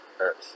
earth